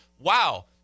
wow